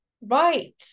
right